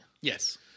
Yes